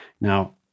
Now